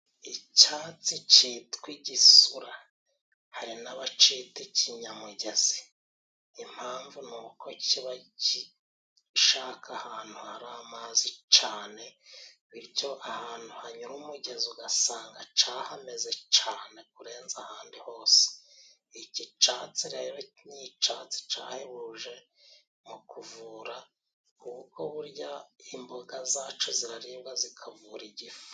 Icyatsi cyitwa igisura hari n'abacita ikinyamugezi, impamvu ni uko kiba gishaka ahantu hari amazi cane, bityo ahantu hanyura umugezi ugasanga cahameze cane kurenza ahandi hose. Ici catsi rero ni icatsi cahebuje mu kuvura kuko burya imboga zaco ziraribwa zikavura igifu.